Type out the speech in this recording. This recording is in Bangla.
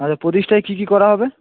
আচ্ছা প্রতিষ্ঠায় কী কী করা হবে